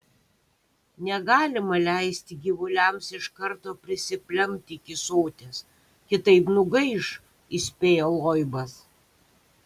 negalima leisti gyvuliams iš karto prisiplempti iki soties kitaip nugaiš įspėjo loibas